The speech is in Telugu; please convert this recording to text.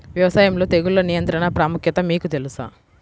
వ్యవసాయంలో తెగుళ్ల నియంత్రణ ప్రాముఖ్యత మీకు తెలుసా?